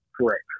Correct